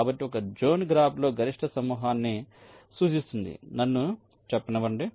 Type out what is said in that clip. కాబట్టి ఒక జోన్ గ్రాఫ్లో గరిష్ట సమూహాన్ని సూచిస్తుంది నన్ను చెప్పనివ్వండి